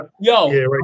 yo